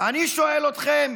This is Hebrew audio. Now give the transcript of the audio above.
אני שואל אתכם: